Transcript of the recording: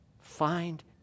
Find